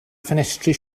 ffenestri